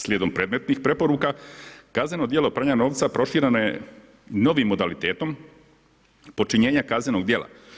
Slijedom predmetnih preporuka kazneno djelo pranja novca prošireno je novim modalitetom počinjenja kaznenog djela.